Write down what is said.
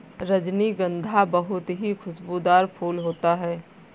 रजनीगंधा बहुत ही खुशबूदार फूल होता है